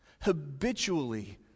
habitually